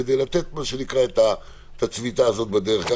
כדי לתת את הצביטה הזאת בדרך,